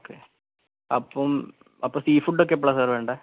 okay അപ്പം അപ്പം sea ഫുഡൊക്കെ എപ്പോഴാ സർ വേണ്ടത്